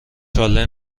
چاله